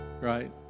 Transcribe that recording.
right